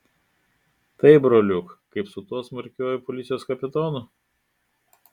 taip broliuk kaip su tuo smarkiuoju policijos kapitonu